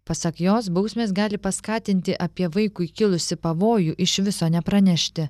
pasak jos bausmės gali paskatinti apie vaikui kilusį pavojų iš viso nepranešti